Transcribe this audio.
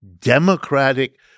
democratic